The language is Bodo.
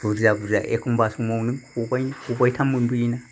बुरजा बुरजा एखम्बा समाव नों खबायनै खबायथाम मोनबोयो ना